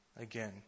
again